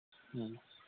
ꯎꯝ